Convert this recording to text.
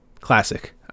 classic